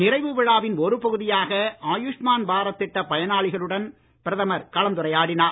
நிறைவு விழாவின் ஒரு பகுதியாக ஆயூஷ்மான் பாரத் திட்ட பயனாளிகளுடன் பிரதமர் கலந்துரையாடினார்